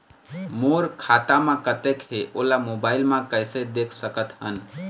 मोर खाता म कतेक हे ओला मोबाइल म कइसे देख सकत हन?